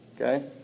Okay